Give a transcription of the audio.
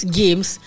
games